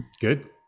Good